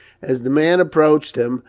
as the man approached him,